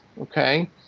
okay